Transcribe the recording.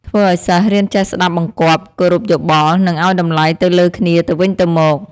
ធ្វើឲ្យសិស្សរៀនចេះស្ដាប់បង្គាប់ គោរពយោបល់ និងឲ្យតម្លៃទៅលើគ្នាទៅវិញទៅមក។